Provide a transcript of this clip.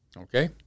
Okay